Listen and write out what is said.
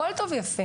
הכול טוב ויפה.